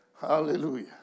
Hallelujah